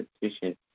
petition